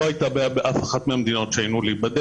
לא הייתה בעיה באף אחת מהמדינות להיבדק,